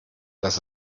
das